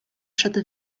przed